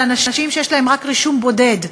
על אנשים שיש להם רק רישום בודד,